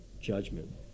judgment